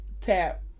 tap